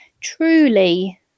truly